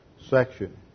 section